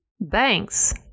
Banks